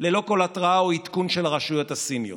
ללא כל התרעה או עדכון של הרשויות הסיניות.